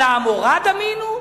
הלעמורה דמינו?